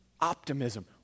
optimism